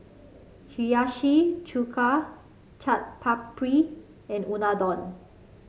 Hiyashi Chuka Chaat Papri and Unadon